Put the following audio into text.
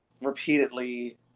repeatedly